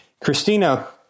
Christina